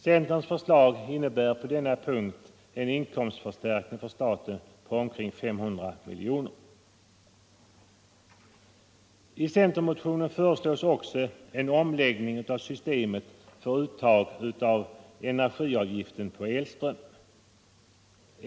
Centerns förslag innebär på denna punkt en inkomstförstärkning för staten på omkring 500 miljoner. I centermotionen föreslås också en omläggning av systemet för uttag av energiavgift på elström.